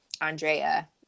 Andrea